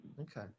Okay